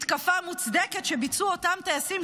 מתקפה מוצדקת שביצעו אותם טייסים,